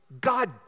God